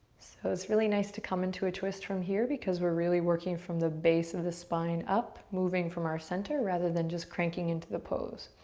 really nice to come into a twist from here because we're really working from the base of the spine up, moving from our center rather than just cranking into the pose.